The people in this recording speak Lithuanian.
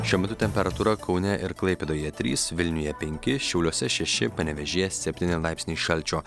šiuo metu temperatūra kaune ir klaipėdoje trys vilniuje penki šiauliuose šeši panevėžyje septyni laipsniai šalčio